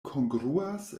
kongruas